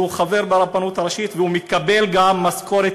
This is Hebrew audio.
שהוא חבר ברבנות הראשית, והוא מקבל גם משכורת